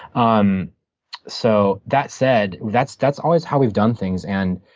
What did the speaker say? um so that said, that's that's always how we've done things, and